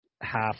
half